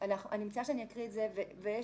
אני מציעה שאקריא את זה ויש